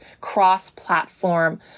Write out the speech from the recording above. cross-platform